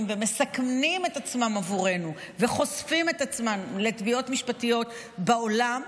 ומסכנים את עצמם עבורנו וחושפים את עצמם לתביעות משפטיות בעולם,